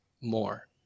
more